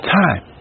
time